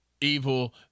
evil